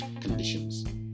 conditions